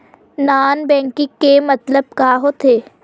Non banking के मतलब का होथे?